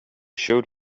showed